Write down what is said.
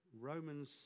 Romans